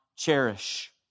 cherish